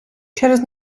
через